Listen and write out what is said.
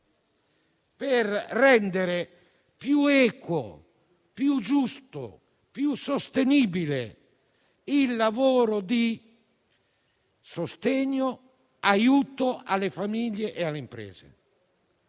per rendere più equo, giusto e sostenibile il lavoro di sostegno e aiuto a famiglie e imprese.